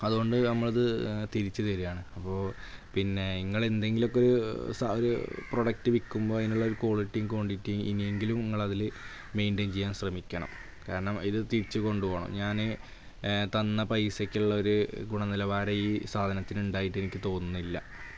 അതുകൊണ്ട് നമ്മളത് തിരിച്ചു തരികയാണ് അപ്പോൾ പിന്നെ നിങ്ങൾ എന്തെങ്കിലൊക്കെ ഒരു സാ ഒരു പ്രോഡക്റ്റ് വിൽക്കുമ്പോൾ അതിനുള്ള ഒരു ക്വാളിറ്റിയും ക്വാൻഡിറ്റിയും ഇനിയെങ്കിലും ഇങ്ങളതിൽ മെയിൻറ്റെൻ ചെയ്യാൻ ശ്രമിക്കണം കാരണം ഇതു തിരിച്ചു കൊണ്ടുപോകണം ഞാൻ തന്ന പൈസക്കുള്ളൊരു ഗുണ നിലവാരം ഈ സാധനത്തിന് ഉണ്ടായിട്ടെനിക്ക് തോന്നുന്നില്ല